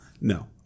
no